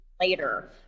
later